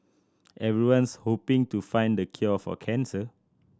everyone's hoping to find the cure for cancer